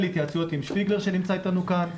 התייעצויות עם שפיגלר שנמצא איתנו כאן.